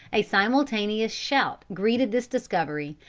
a simultaneous shout greeted this discovery,